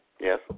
Yes